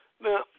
Now